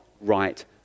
right